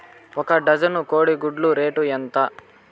ఒక డజను కోడి గుడ్ల రేటు ఎంత?